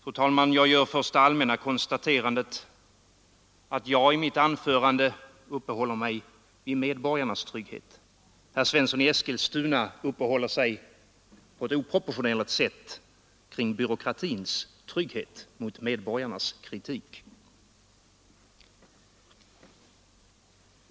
Fru talman! Jag gör först det allmänna konstaterandet att jag i mitt anförande uppehåller mig vid medborgarnas trygghet — herr Svensson i Eskilstuna uppehåller sig på ett oproportionerligt sätt vid byråkratins trygghet mot medborgarnas kritik.